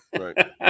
Right